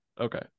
Okay